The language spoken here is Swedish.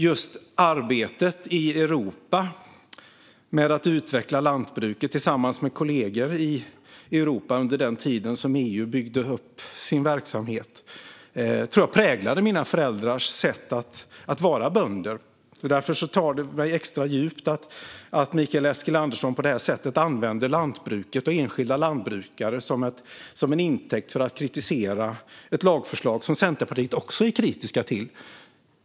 Just arbetet i Europa med att utveckla lantbruket tillsammans med kollegor i Europa under den tid som EU byggde upp sin verksamhet tror jag präglade mina föräldrars sätt att vara bönder. Därför tar det mig extra djupt att Mikael Eskilandersson på det här sättet använder lantbruket och enskilda lantbrukare för att kritisera ett lagförslag som Centerpartiet också är kritiskt till.